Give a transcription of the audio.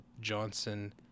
Johnson